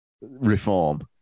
reform